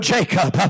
Jacob